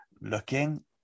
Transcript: looking